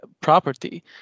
property